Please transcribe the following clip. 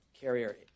carrier